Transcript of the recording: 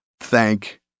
thank